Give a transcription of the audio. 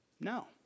No